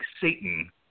Satan